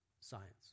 science